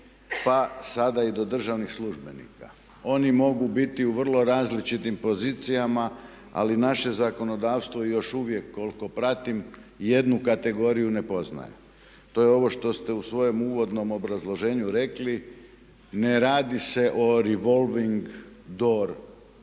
pa sada i do državnih službenika. Oni mogu biti u vrlo različitim pozicijama ali naše zakonodavstvo još uvijek koliko pratim jednu kategoriju ne poznaje. To je ovo što ste u svojem uvodnom obrazloženju rekli. Ne radi se o revolving door situaciji